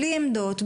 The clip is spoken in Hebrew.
בלי עמדות,